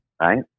right